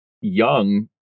young